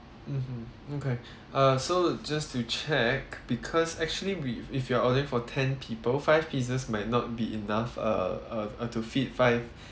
mmhmm okay uh so just to check because actually we if you're ordering for ten people five pizzas might not be enough uh uh to feed five